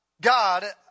God